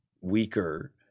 weaker